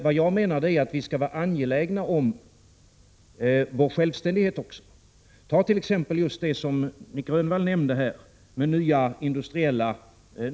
Jag menar emellertid att vi också bör vara angelägna om att bevara vår självständighet. Ta t.ex. just det som Nic Grönvall nämnde, ny industriteknik.